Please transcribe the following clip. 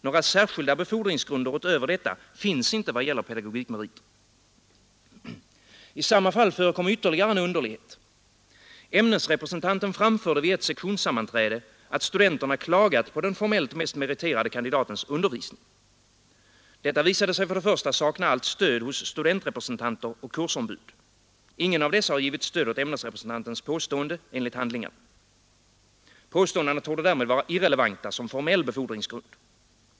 Några särskilda befordringsgrunder utöver detta finns inte vad gäller pedagogikmeriter. I samma fall förekom ytterligare en underlighet. Ämnesrepresentanten framförde vid ett sektionssammanträde, att studenterna klagat på den formellt mest meriterade kandidatens undervisning. Detta visade sig för det första sakna allt stöd hos studentrepresentanter och kursombud. Ingen av dessa har givit stöd åt ämnesrepresentantens påståenden enligt handlingarna. Påståendena torde därmed vara irrelevanta som formell befordringsgrund.